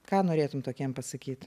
ką norėtum tokiem pasakyt